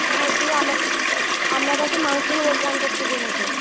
হ্যাঁ দিয়ে আপনার কাছে মাংস নেবো পঞ্চাশ কেজি মতো